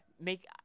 make